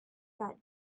that